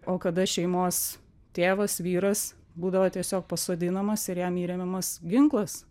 o kada šeimos tėvas vyras būdavo tiesiog pasodinamas ir jam įremiamas ginklas